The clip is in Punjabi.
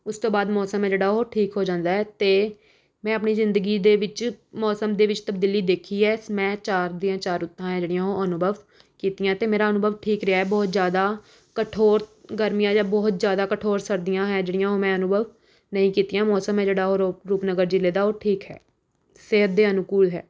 ਉਸ ਤੋਂ ਬਾਅਦ ਮੌਸਮ ਹੈ ਜਿਹੜਾ ਉਹ ਠੀਕ ਹੋ ਜਾਂਦਾ ਹੈ ਅਤੇ ਮੈਂ ਆਪਣੀ ਜ਼ਿੰਦਗੀ ਦੇ ਵਿੱਚ ਮੌਸਮ ਦੇ ਵਿੱਚ ਤਬਦੀਲੀ ਦੇਖੀ ਹੈ ਸ ਮੈਂ ਚਾਰ ਦੀਆਂ ਚਾਰ ਰੁੱਤਾਂ ਹੈ ਜਿਹੜੀਆਂ ਉਹ ਅਨੁਭਵ ਕੀਤੀਆਂ ਅਤੇ ਮੇਰਾ ਅਨੁਭਵ ਠੀਕ ਰਿਹਾ ਹੈ ਬਹੁਤ ਜ਼ਿਆਦਾ ਕਠੋਰ ਗਰਮੀਆਂ ਜਾਂ ਬਹੁਤ ਜ਼ਿਆਦਾ ਕਠੋਰ ਸਰਦੀਆਂ ਹੈ ਜਿਹੜੀਆਂ ਉਹ ਮੈਂ ਅਨੁਭਵ ਨਹੀਂ ਕੀਤੀਆਂ ਮੌਸਮ ਹੈ ਜਿਹੜਾ ਉਹ ਰੋ ਰੂਪਨਗਰ ਜ਼ਿਲ੍ਹੇ ਦਾ ਉਹ ਠੀਕ ਹੈ ਸਿਹਤ ਦੇ ਅਨੁਕੂਲ ਹੈ